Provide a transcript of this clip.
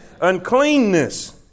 Uncleanness